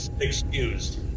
excused